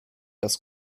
dass